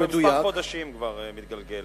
זה כמה חודשים כבר מתגלגל